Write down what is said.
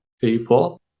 people